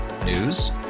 News